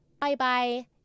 bye-bye